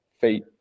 feet